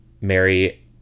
Mary